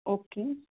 okay